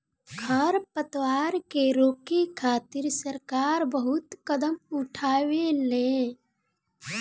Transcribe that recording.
खर पतवार के रोके खातिर सरकार बहुत कदम उठावेले